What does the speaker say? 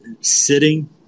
sitting